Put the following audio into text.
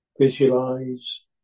visualize